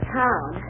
town